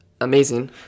amazing